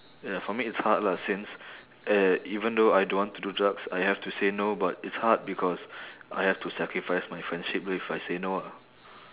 ya for me it's hard lah since eh even though I don't want to do drugs I have to say no but it's hard because I have to sacrifice my friendship if I say no ah